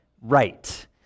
right